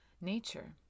nature